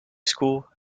school